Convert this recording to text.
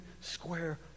square